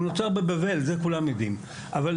הוא נוצר בבבל; את זה כולם יודעים לא